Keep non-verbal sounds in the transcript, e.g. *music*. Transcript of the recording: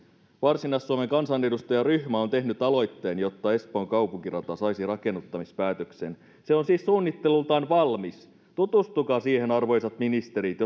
varsinais suomen kansanedustajaryhmä on tehnyt aloitteen jotta espoon kaupunkirata saisi rakennuttamispäätöksen se on siis suunnittelultaan valmis tutustukaa siihen arvoisat ministerit *unintelligible*